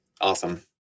Awesome